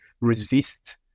resist